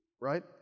right